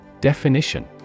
Definition